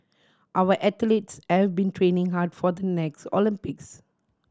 our athletes have been training hard for the next Olympics